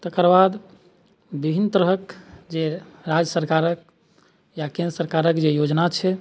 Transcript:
तकर बाद विभिन्न तरहके जे राज्य सरकारके केन्द्र सरकारके जे योजना छै